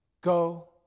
go